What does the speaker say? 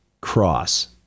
cross